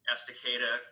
Estacada